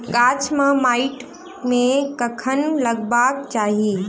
गाछ केँ माइट मे कखन लगबाक चाहि?